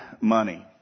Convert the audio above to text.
money